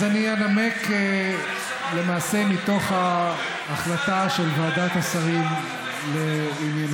אז אני אנמק מתוך ההחלטה של ועדת השרים לענייני